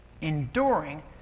enduring